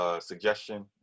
Suggestion